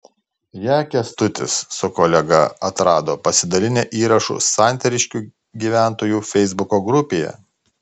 ją kęstutis su kolega atrado pasidalinę įrašu santariškių gyventojų feisbuko grupėje